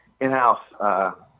in-house